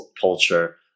culture